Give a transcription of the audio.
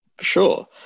Sure